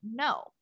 No